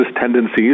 tendencies